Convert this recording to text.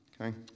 Okay